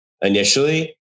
initially